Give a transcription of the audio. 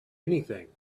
anything